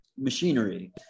machinery